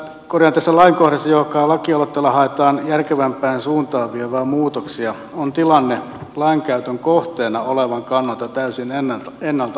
tässä lainkohdassa johonka lakialoitteella haetaan järkevämpään suuntaan vieviä muutoksia on tilanne lainkäytön kohteena olevan kannalta täysin ennalta arvaamaton